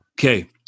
Okay